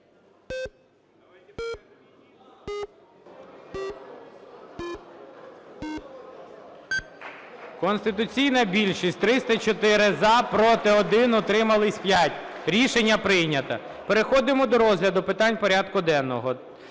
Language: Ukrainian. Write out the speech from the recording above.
Конституційна більшість. 304 – за, проти – 1, утримались – 5. Рішення прийнято. Переходимо до розгляду питань порядку денного.